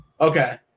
Okay